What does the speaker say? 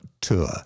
tour